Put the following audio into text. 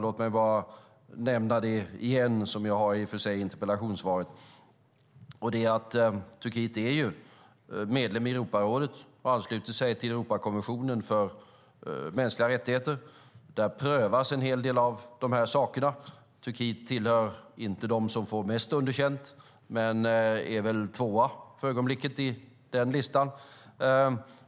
Låt mig bara igen nämna det som jag tog upp i interpellationssvaret: Turkiet är medlem i Europarådet och ansluter sig till Europakommissionen för mänskliga rättigheter. Där prövas en hel del av de här sakerna. Turkiet tillhör inte dem som får mest underkänt, men landet är för ögonblicket tvåa i listan.